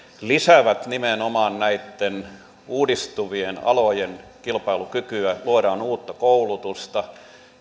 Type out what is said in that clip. lisäävät nimenomaan näitten uudistuvien alojen kilpailukykyä luodaan uutta koulutusta